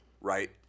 Right